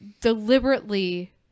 deliberately